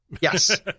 Yes